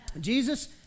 Jesus